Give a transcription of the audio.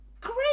Great